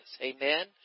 amen